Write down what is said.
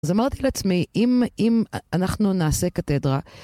אז אמרתי לעצמי, אם אנחנו נעשה קתדרה...